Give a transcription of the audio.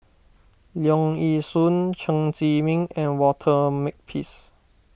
Leong Yee Soo Chen Zhiming and Walter Makepeace